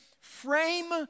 frame